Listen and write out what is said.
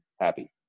happy